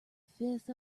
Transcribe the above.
fifth